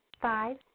five